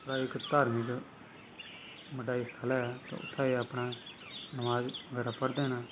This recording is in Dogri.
जेह्ड़ा इक धार्मिक बड्डा जेहा स्थल ऐ ते उत्थै एह् अपने नमाज बगैरा पढ़दे न